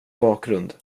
bakgrund